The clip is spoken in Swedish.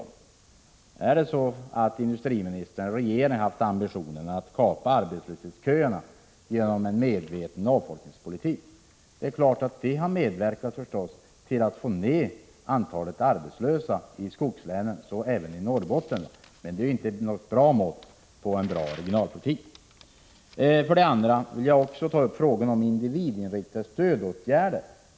För det första: Är det så att industriministern och regeringen haft ambitionen att kapa arbetslöshetsköerna genom en medveten avfolkningspolitik? Det är klart att det har medverkat till att få ned antalet arbetslösa i skogslänen, så även i Norrbotten, men det är inte något bra mått på en bra regionalpolitik. För det andra vill jag också ta upp frågan om individinriktade stödåtgärder.